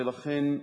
ולכן,